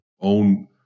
own